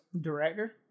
director